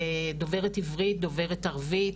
דוברת עברית, דוברת ערבית.